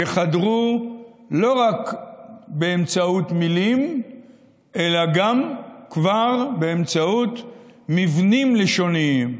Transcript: שחדרו לא רק באמצעות מילים אלא גם כבר באמצעות מבנים לשוניים,